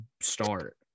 start